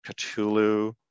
Cthulhu